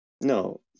No